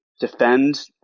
defend